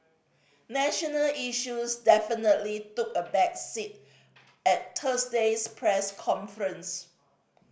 national issues definitely took a back seat at Thursday's press conference